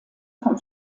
vom